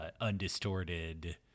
undistorted